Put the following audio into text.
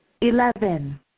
Eleven